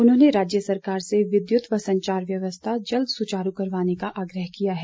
उन्होंने राज्य सरकार से विद्युत व संचार व्यवस्था जल्द सुचारू करवाने का आग्रह किया है